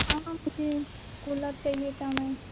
हाँ मुझे कूलर चाहिए था मैम